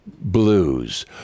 blues